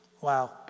Wow